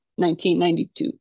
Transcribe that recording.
1992